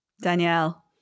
Danielle